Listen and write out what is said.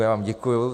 Já vám děkuji.